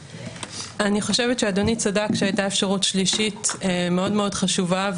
אני חושבת שאדוני צדק שהייתה אפשרות שלישית מאוד מאוד חשובה,